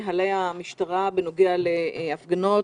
בנהלי המשטרה בנוגע להפגנות,